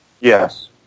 Yes